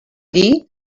dir